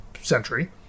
century